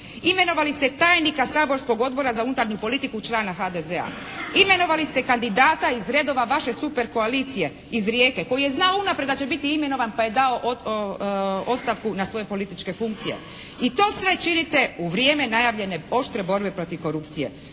Imenovali ste tajnika saborskog Odbora za unutarnju politiku, člana HDZ-a. Imenovali ste kandidata iz redova vaše super koalicije iz Rijeke koji je znao unaprijed da će biti imenovan pa je dao ostavku na svoje političke funkcije. I to sve činite u vrijeme najavljene oštre borbe protiv korupcije.